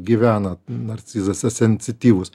gyvena narcizas esencityvus